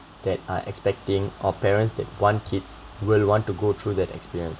that are expecting or parents that want kids will want to go through that experience